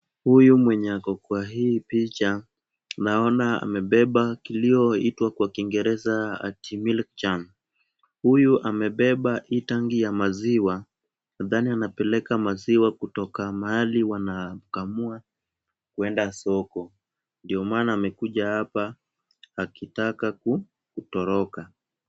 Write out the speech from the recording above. Huyu mwenye ako kwa hii picha, naona amebeba kilioitwa kwa Kiingereza ati milk jam . Huyu amebeba hii tanki ya maziwa, nadhani anapeleka maziwa kutoka mahali wanakamua kwenda soko, ndiyo maana amekuja hapa akitaka kutoroka.